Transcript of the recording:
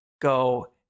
go